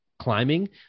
climbing